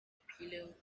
pillow